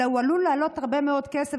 אלא עלול לעלות הרבה מאוד כסף.